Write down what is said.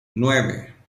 nueve